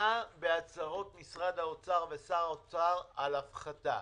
מלאה בהצהרות של משרד האוצר ושר האוצר על הפחתה.